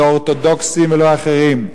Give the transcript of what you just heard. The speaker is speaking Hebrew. לא אורתודוקסים ולא אחרים.